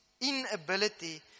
inability